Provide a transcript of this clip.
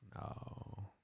No